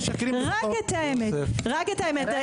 רק את האמת רק את האמת,